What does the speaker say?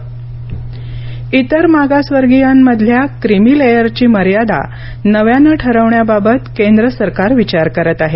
Rajya Sabha OBC इतर मागासवर्गीयांमधल्या creamy लेयरची मर्यादा नव्यानं ठरवण्याबाबत केंद्र सरकार विचार करत आहे